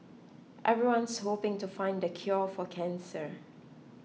everyone's hoping to find the cure for cancer